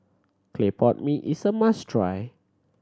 clay pot mee is a must try